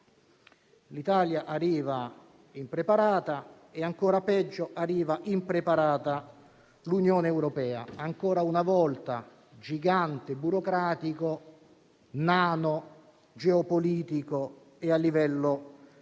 L'Italia arriva impreparata e, ancora peggio, arriva impreparata l'Unione europea, ancora una volta gigante burocratico, nano geopolitico e a livello